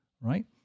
right